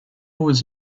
was